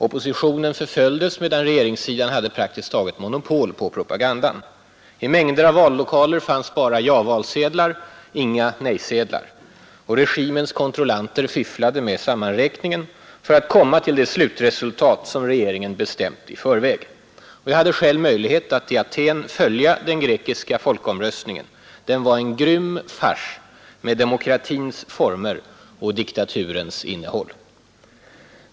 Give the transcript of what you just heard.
Oppositionen förföljdes, medan regeringssidan hade nära nog monopol på propagandan. I mängder av vallokaler fanns bara ja-valsedlar, inga nej-sedlar. Regimens kontrollanter fifflade med sammanräkningen för att komma fram till det slutresultat som regeringen bestämt i förväg. Jag hade själv möjlighet att i Aten följa den grekiska folkomröstningen — den var en grym fars med demokratins former och diktaturens innehåll.